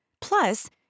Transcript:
Plus